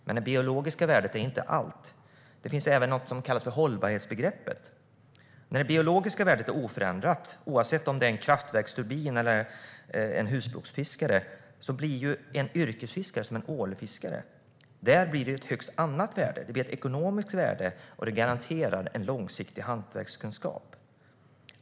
Men det biologiska värdet är inte allt. Där finns även hållbarhetsbegreppet. När det biologiska värdet är oförändrat, oavsett om det är fråga om en kraftverksturbin eller en husbehovsfiskare, blir det med en yrkesfiskare, till exempel en ålfiskare, ett annat värde. Det blir ett ekonomiskt värde, och det garanterar en långsiktig hantverkskunskap.